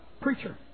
preacher